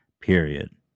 period